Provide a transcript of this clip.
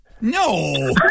No